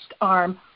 arm